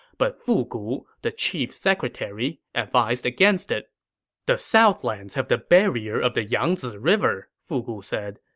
but fu gu, the chief secretary, advised against it the southlands have the barrier of the yangzi river, fu gu said.